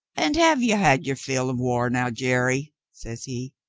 and have you had your fill of war now, jerry? says he.